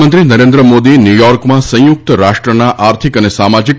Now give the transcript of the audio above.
પ્રધાનમંત્રી નરેન્દ્ર મોદી ન્યુયોર્કમાં સંયુક્ત રાષ્ટ્રના આર્થિક અને સામાજિક